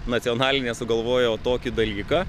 nacionalinė sugalvojo tokį dalyką